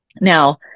Now